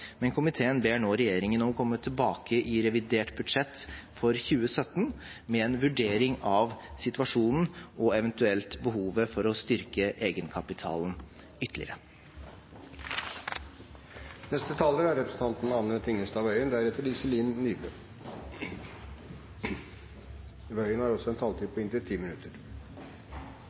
men komiteen ber nå regjeringen komme tilbake i revidert budsjett for 2017 med en vurdering av situasjonen og eventuelt behovet for å styrke egenkapitalen ytterligere. Gjennom de snart sju og et halvt årene jeg har sittet på Stortinget, har jeg særlig hatt én misjon på